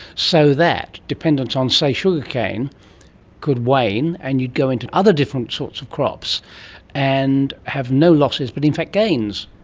so that dependence on, say, sugarcane could wane and you'd go into other different sorts of crops and have no losses but in fact gains?